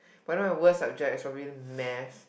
but then my worst subject is probably the math